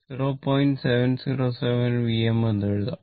707 Vm എന്നും എഴുതാം